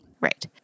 Right